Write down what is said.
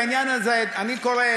אני קורא,